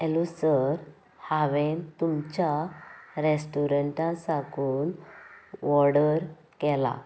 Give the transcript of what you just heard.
hello sir हांवेन तुमच्या रॅस्टोरंटा साकून वॉर्डर केलां